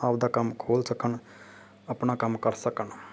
ਆਪਦਾ ਕੰਮ ਖੋਲ੍ਹ ਸਕਣ ਆਪਣਾ ਕੰਮ ਕਰ ਸਕਣ